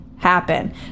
happen